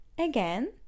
again